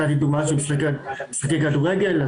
נתתי דוגמה של משחקי כדורגל,